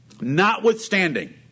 Notwithstanding